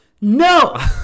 No